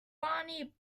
bonnie